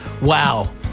Wow